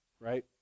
right